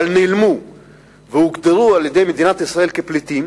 אבל נעלמו והוגדרו על-ידי מדינת ישראל כפליטים,